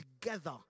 together